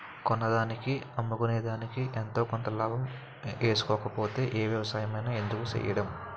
కొన్నదానికి అమ్ముకునేదికి ఎంతో కొంత లాభం ఏసుకోకపోతే ఏ ఏపారమైన ఎందుకు సెయ్యడం?